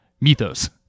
mythos